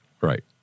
Right